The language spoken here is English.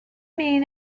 mean